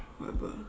whatever